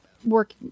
Work